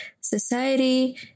society